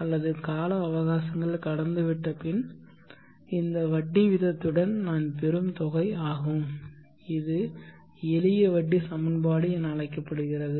அல்லது கால அவகாசங்கள் கடந்துவிட்டபின் இந்த வட்டி வீதத்துடன் நான் பெரும் தொகை ஆகும் இது எளிய வட்டி சமன்பாடு என அழைக்கப்படுகிறது